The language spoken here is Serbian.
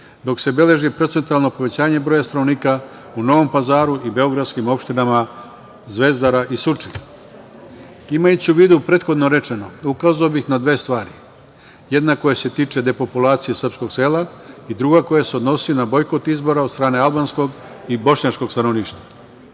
dok se beleži procentualno povećanje stanovnika u Novom Pazaru i beogradskim opštinama Zvezdara i Surčin. Imajući u vidu prethodno rečeno, ukazao bih na dve stvari, jedna koja se tiče depopulacije srpskog sela, i druga koja se odnosi na bojkot izbora od stane albanskog i bošnjačkog stanovništva.